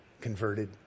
converted